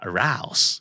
Arouse